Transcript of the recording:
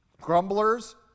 grumblers